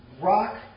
rock